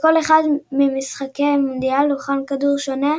לכל אחד ממשחקי המונדיאל הוכן כדור שונה,